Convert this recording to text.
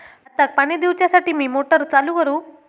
भाताक पाणी दिवच्यासाठी मी मोटर चालू करू?